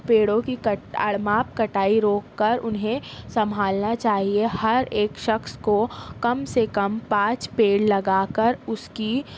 پیڑوں کی اڑماپ کٹائی روک کر انہیں سنبھالنا چاہیے ہر ایک شخص کو کم سے کم پانچ پیڑ لگا کر اس کی